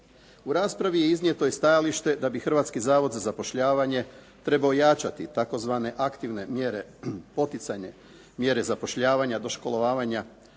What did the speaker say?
U raspravi je iznijeto i stajalište da bi Hrvatski zavod za zapošljavanje trebao jačati tzv. aktivne mjere, poticanje mjere zapošljavanja, doškolovanja,